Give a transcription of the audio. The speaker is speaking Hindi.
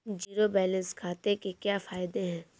ज़ीरो बैलेंस खाते के क्या फायदे हैं?